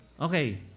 Okay